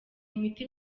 imiti